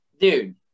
Dude